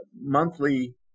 monthly